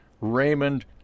raymond